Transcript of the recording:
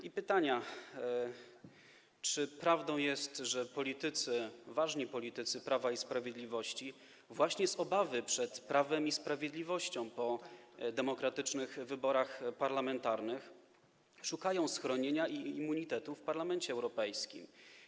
I pytania: Czy prawdą jest, że politycy, ważni politycy Prawa i Sprawiedliwości właśnie z obawy przed prawem i sprawiedliwością po demokratycznych wyborach parlamentarnych szukają schronienia i immunitetu w Parlamencie Europejskim?